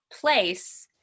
place